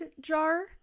jar